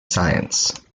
science